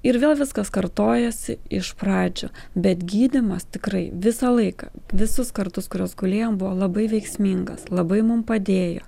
ir vėl viskas kartojasi iš pradžių bet gydymas tikrai visą laiką visus kartus kuriuos gulėjom buvo labai veiksmingas labai mum padėjo